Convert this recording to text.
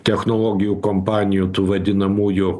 technologijų kompanijų tų vadinamųjų